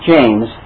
James